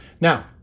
Now